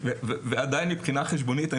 ועדיין מבחינה חשבונית,